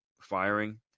firing